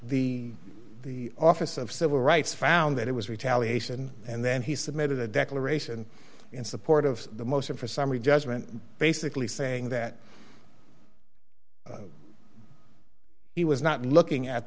the the office of civil rights found that it was retaliation and then he submitted a declaration in support of the most or for summary judgment basically saying that he was not looking at